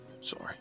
Sorry